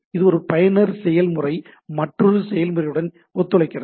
எனவே இது ஒரு பயனர் செயல்முறை மற்றொரு செயல்முறையுடன் ஒத்துழைக்கிறது